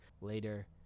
later